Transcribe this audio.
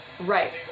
Right